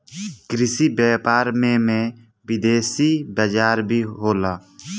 कृषि व्यापार में में विदेशी बाजार भी होला